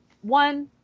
one